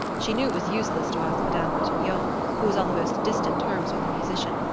she knew it was useless to ask madame ratignolle, who was on the most distant terms with the musician,